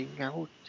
out